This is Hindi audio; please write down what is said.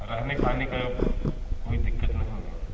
रहने खाने का कोई दिक्कत नहीं है